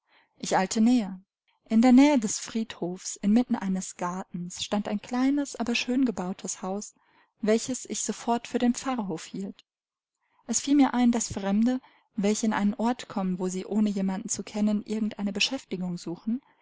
ich eilte näher in der nähe des friedhofs inmitten eines gartens stand ein kleines aber schön gebautes haus welches ich sofort für den pfarrhof hielt es fiel mir ein daß fremde welche in einen ort kommen wo sie ohne jemanden zu kennen irgend eine beschäftigung suchen